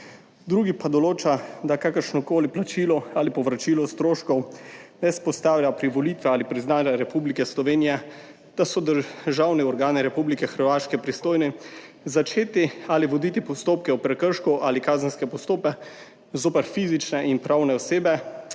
Drugi pa določa, da kakršnokoli plačilo ali povračilo stroškov ne vzpostavlja privolitve ali priznanja Republike Slovenije, da so državni organi Republike Hrvaške pristojni začeti ali voditi postopke o prekršku ali kazenske postopke zoper fizične in pravne osebe,